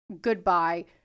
Goodbye